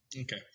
okay